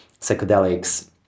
psychedelics